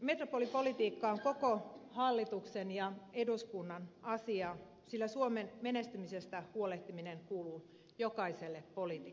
metropolipolitiikka on koko hallituksen ja eduskunnan asia sillä suomen menestymisestä huolehtiminen kuuluu jokaiselle poliitikolle